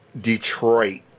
Detroit